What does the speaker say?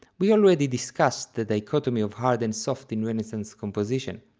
we already discussed the dichotomy of hard and soft in renaissance composition,